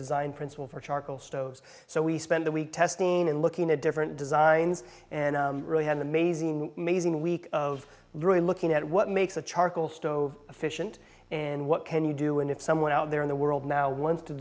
design principle for charcoal stoves so we spent a week testing and looking at different designs and really had amazing amazing week of really looking at what makes a charcoal stove efficient and what can you do and if someone out there in the world now wants to